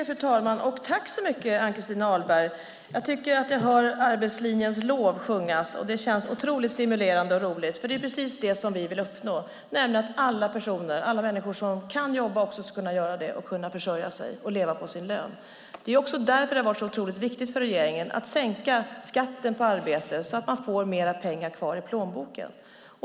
Fru talman! Tack så mycket, Ann-Christin Ahlberg! Jag tycker att jag hör arbetslinjens lov sjungas. Det känns otroligt stimulerande och roligt, för det är precis det vi vill uppnå: att alla människor som kan jobba också ska kunna göra det, försörja sig och leva på sin lön. Det är också därför det har varit så viktigt för regeringen att sänka skatten på arbete så att man får mer pengar kvar i plånboken.